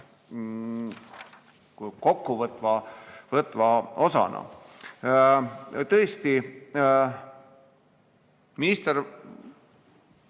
kokkuvõtvalt. Tõesti, minister